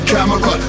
Camera